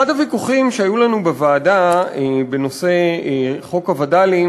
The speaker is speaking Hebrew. אחד הוויכוחים שהיו לנו בוועדה בנושא חוק הווד"לים